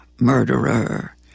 murderer